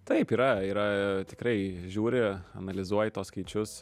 taip yra yra tikrai žiūri analizuoji tuos skaičius